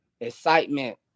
excitement